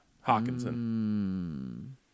Hawkinson